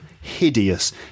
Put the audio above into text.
Hideous